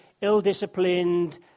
ill-disciplined